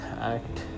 act